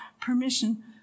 permission